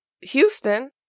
Houston